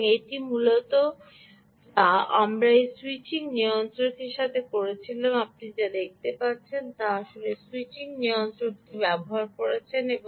সুতরাং এটি মূলত যা আমরা এই স্যুইচিং নিয়ন্ত্রকের সাথে করেছিলাম আপনি দেখতে পাচ্ছেন যে আপনি আসলে এই সুইচিং নিয়ন্ত্রকটি ব্যবহার করেছেন